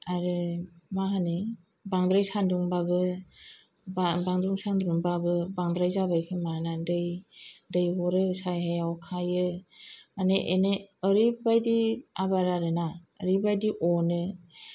आरो मा होनो बांद्राय सानदुंबाबो बांद्राय सानदुंबाबो बांद्राय जाबाय होनना दै हरो सायाआव खायो माने ओरैबादि आबारआरो ना ओरैबादि अनो